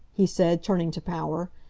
he said, turning to power,